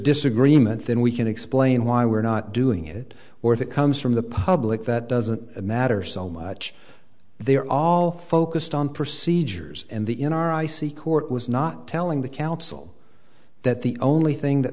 disagreement then we can explain why we're not doing it or if it comes from the public that doesn't matter so much they are all focused on procedures and the in our i c court was not telling the council that the only thing that